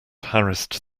harassed